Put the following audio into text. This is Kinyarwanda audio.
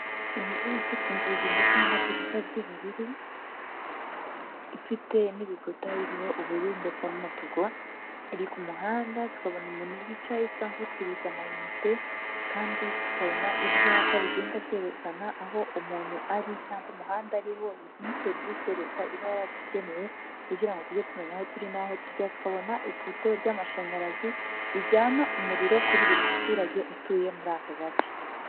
inzu ifite inzugi ndetse n'amadirishya by'ubururu, ifite n'ibikuta biririmo ubururu ndetse n'umutuku, iri ku muhanda tukabona umuntu wicaye usa nk'ucuruza amayinite, kandi tukabona ibyapa bigenda byerekana aho umuntu ari cyangwa umuhanda ariho, izi ni serivisi leta iba yaratugeneye kugira ngo tujye tumenya aho turi naho tujya tukabona ipoto ry'amashanyarazi rijyana umuriro kuri buri muturage utuye muri aka gace.